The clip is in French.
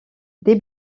des